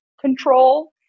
control